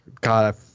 God